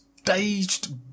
staged